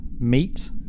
meat